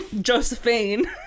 Josephine